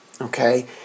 Okay